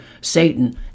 Satan